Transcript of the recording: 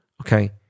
okay